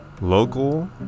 local